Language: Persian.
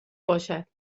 باشد